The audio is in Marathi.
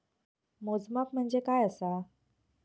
मोजमाप म्हणजे काय असा?